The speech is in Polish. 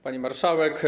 Pani Marszałek!